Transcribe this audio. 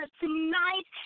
tonight